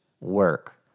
work